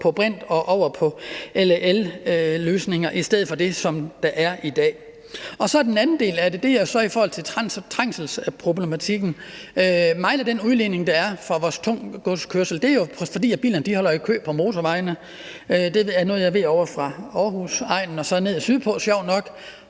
på brint- og elløsninger i stedet for på det, som der er i dag. Den anden del af det er så i forhold til trængselsproblematikken. Meget af den udledning, der er, kommer fra vores tungtgodskørsel, og det er jo, fordi bilerne holder i kø på motorvejene. Det er noget, jeg ved der sker ovre fra Aarhusegnen og så nedad sydpå, sjovt nok,